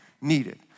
needed